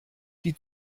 die